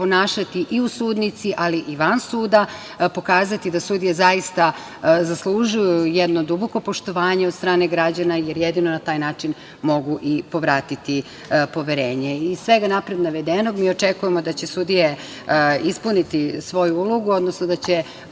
ponašati i u sudnici, ali i van suda, pokazati da sudije zaslužuju jedno duboko poštovanje od strane građana, jer jedino na taj način mogu i povratiti poverenje. Iz svega napred navedenog mi očekujemo da će sudije ispuniti svoju ulogu, odnosno da će